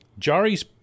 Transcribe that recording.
Jari's